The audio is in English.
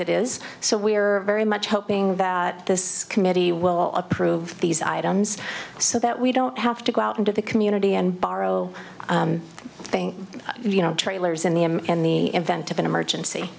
it is so we are very much hoping that this committee will approve these items so that we don't have to go out into the community and borrow thing you know trailers in the i'm in the event of an emergency